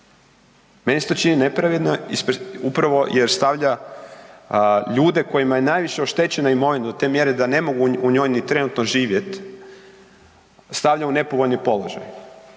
Meni se to čini nepravedno upravo jer stavlja ljude kojima je najviše oštećena imovina, do te mjere da ne mogu u njoj ni trenutno živjeti, stavlja u nepovoljni položaj.